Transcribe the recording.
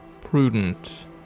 prudent